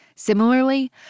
Similarly